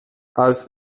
als